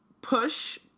Push